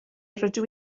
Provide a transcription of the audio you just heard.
rydw